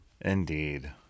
Indeed